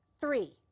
Three